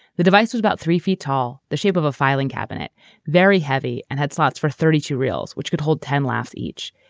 the device was about three feet tall, the shape of a filing cabinet very heavy and had slots for thirty two reels, which could hold ten laughs each.